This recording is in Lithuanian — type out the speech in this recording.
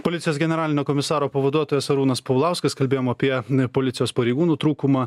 policijos generalinio komisaro pavaduotojas arūnas paulauskas kalbėjom apie policijos pareigūnų trūkumą